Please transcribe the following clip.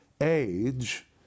age